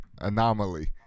Anomaly